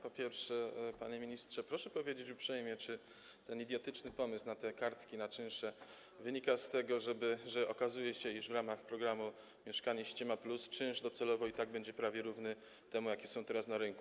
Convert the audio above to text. Po pierwsze, panie ministrze, proszę powiedzieć uprzejmie, czy ten idiotyczny pomysł z kartkami na czynsze wynika z tego, że okazuje się, iż w ramach programu „mieszkanie ściema+” czynsz docelowo i tak będzie prawie równy temu, jaki jest teraz na rynku.